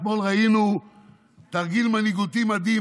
אתמול ראינו תרגיל מנהיגותי מדהים,